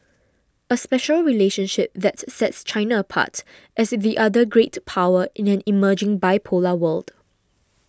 a special relationship that sets China apart as the other great power in an emerging bipolar world